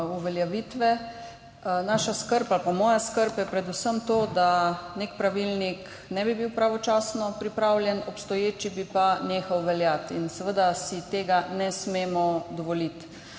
uveljavitve, naša skrb ali pa moja skrb je predvsem to, da nek pravilnik ne bi bil pravočasno pripravljen, obstoječi bi pa nehal veljati. Seveda si tega ne smemo dovoliti,